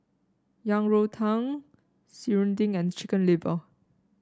Yang Rou Tang Serunding and Chicken Liver